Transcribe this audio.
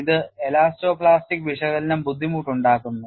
ഇത് elasto plastic വിശകലനം ബുദ്ധിമുട്ടാക്കുന്നു